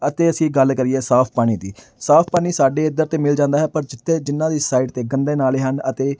ਅਤੇ ਅਸੀਂ ਗੱਲ ਕਰੀਏ ਸਾਫ਼ ਪਾਣੀ ਦੀ ਸਾਫ਼ ਪਾਣੀ ਸਾਡੇ ਇੱਧਰ ਤਾਂ ਮਿਲ ਜਾਂਦਾ ਹੈ ਪਰ ਜਿੱਥੇ ਜਿਨ੍ਹਾਂ ਦੀ ਸਾਈਡ 'ਤੇ ਗੰਦੇ ਨਾਲੇ ਹਨ ਅਤੇ